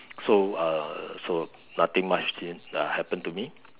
so uh so nothing much didn't uh happen to me